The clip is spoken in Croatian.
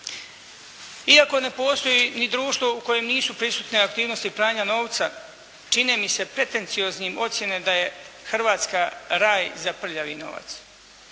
Iako ne postoji ni društvo u kojem nisu prisutne aktivnosti pranja novca čine mi se pretencioznim ocjene da je Hrvatska raj za prljavi novac.